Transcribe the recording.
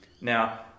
Now